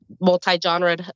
multi-genre